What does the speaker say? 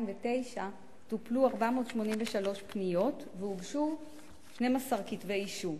טופלו 483 פניות והוגשו 12 כתבי אישום.